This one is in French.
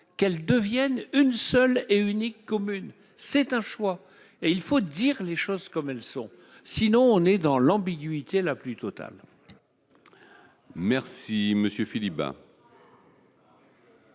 qu'elles deviendront une seule et unique commune ; c'est un choix. Eh oui ! Il faut dire les choses comme elles sont ; sinon, on est dans l'ambiguïté la plus totale. La parole est à M. Philippe